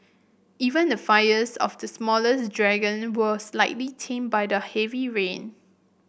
even the fires of the smaller's dragon were slightly tamed by the heavy rain